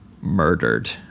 murdered